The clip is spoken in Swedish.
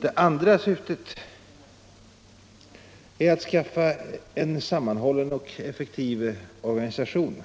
Det andra syftet är att skapa en sammanhållen och effektiv organisation